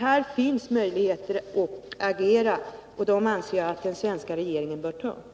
Här finns möjligheter att agera, och dem anser jag att den svenska regeringen bör ta vara på.